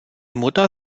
mutter